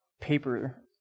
paper